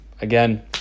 again